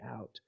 out